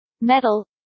metal